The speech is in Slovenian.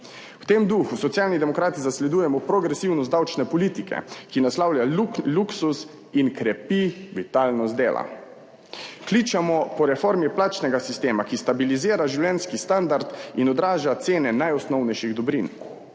V tem duhu Socialni demokrati zasledujemo progresivnost davčne politike, ki naslavlja luksuz in krepi vitalnost dela. Kličemo po reformi plačnega sistema, ki stabilizira življenjski standard in odraža cene najosnovnejših dobrin,